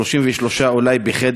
הם קהל